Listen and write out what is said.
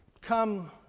come